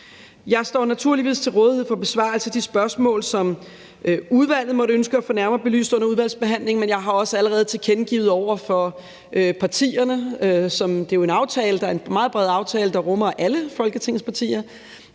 Jeg står naturligvis til rådighed for at besvare de spørgsmål, som udvalget måtte ønske at få nærmere belyst under udvalgsbehandlingen, men jeg har også allerede tilkendegivet over for partierne – og det er jo en aftale, der er en meget bred aftale, der rummer alle Folketingets partier